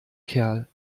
kerl